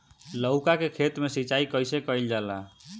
लउका के खेत मे सिचाई कईसे कइल जाला?